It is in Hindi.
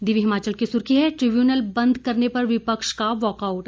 दिव्य हिमाचल की सुर्खी है ट्रिब्यूनल बंद करने पर विपक्ष का वाकआउट